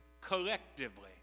collectively